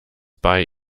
bei